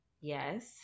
Yes